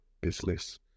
business